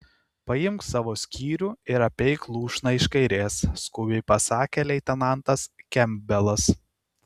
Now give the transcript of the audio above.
paimk savo skyrių ir apeik lūšną iš kairės skubiai pasakė leitenantas kempbelas